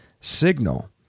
signal